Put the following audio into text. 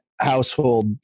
household